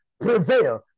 prevail